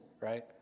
right